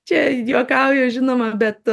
čia juokauju žinoma bet